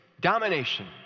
domination